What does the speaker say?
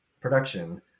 production